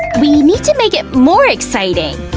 we need to make it more exciting.